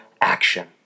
action